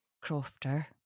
crofter